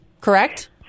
correct